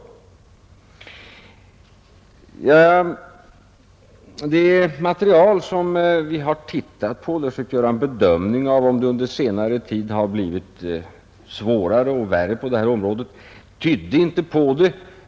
Det material som vi har tittat på för att försöka göra en bedömning av om det under senare tid har blivit värre på detta område tydde inte på detta.